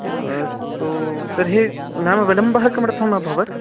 अस्तु तर्हि नाम विलम्बः किमर्थमभवत्